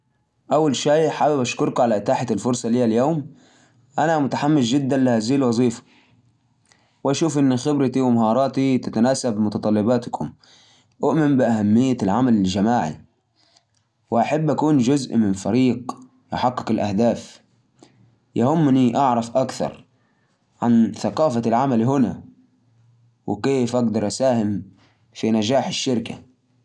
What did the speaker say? السلام عليكم معكم أبو أنس إنسان طموح وشغوف بمجالي عندي خبرة كويسة في مجال التعليق الصوتي و دائما أسعى إني أطور نفسي وأضيف قيمة للمكان اللي أشتغل فيه أحب الشغل مع فريق متعاون وأتطلع إني أكون جزء من بيئة تساعدني أعطي أفضل ما عندي ونحقق مع بعض أهداف كبيرة